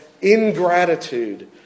ingratitude